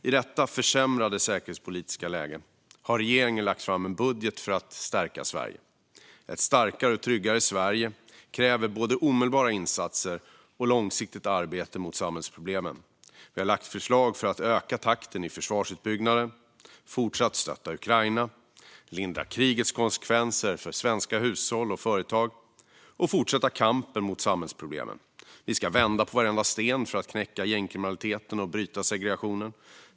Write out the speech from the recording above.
I detta försämrade säkerhetspolitiska läge har regeringen lagt fram en budget för att stärka Sverige. Ett starkare och tryggare Sverige kräver både omedelbara insatser och långsiktigt arbete mot samhällsproblemen. Vi har lagt fram förslag för att öka takten i försvarsutbyggnaden, fortsätta stötta Ukraina, lindra krigets konsekvenser för svenska hushåll och företag och fortsätta kampen mot samhällsproblemen. Vi ska vända på varenda sten för att knäcka gängkriminaliteten och bryta segregationen.